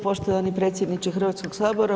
Poštovani predsjedniče Hrvatskog sabora.